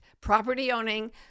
property-owning